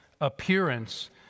appearance